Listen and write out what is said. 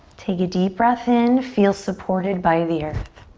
take a deep breath in. feel supported by the earth.